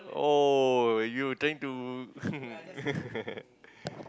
oh you trying to